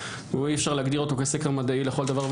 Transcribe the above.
אי אפשר להגדיר אותו כסקר מדעי לכל דבר ועניין,